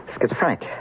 schizophrenic